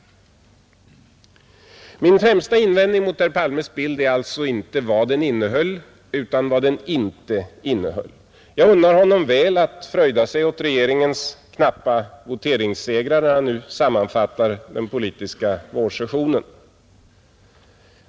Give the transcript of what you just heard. Min främsta invändning mot herr Palmes bild är alltså inte vad den innehöll utan vad den inte innehöll. Jag unnar honom väl att fröjda sig åt regeringens knappa voteringssegrar, när han nu sammanfattar den politiska vårsessionen.